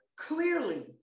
clearly